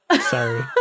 Sorry